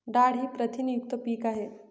डाळ ही प्रथिनयुक्त पीक आहे